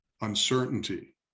uncertainty